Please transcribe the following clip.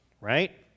right